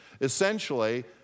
essentially